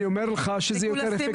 אני אומר לך שזה יותר אפקטיבי.